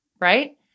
right